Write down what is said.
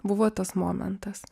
buvo tas momentas